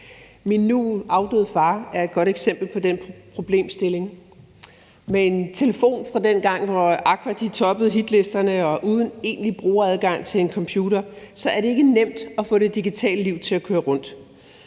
Min nu afdøde far er et godt eksempel på den problemstilling. Med en telefon fra dengang, hvor Aqua toppede hitlisterne, og uden en egentlig brugeradgang til en computer er det ikke nemt at få det digitale liv til at køre rundt,